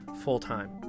full-time